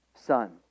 son